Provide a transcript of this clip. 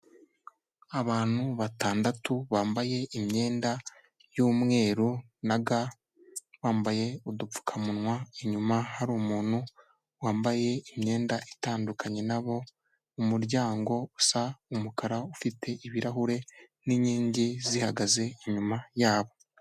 Abantu batandatu bambaye imyenda y'umweru na ga, bambaye udupfukamunwa inyuma hari umuntu wambaye imyenda itandukanye na bo, umuryango usa umukara ufite ibirahure n'inkingi zihagaze inyuma yabo.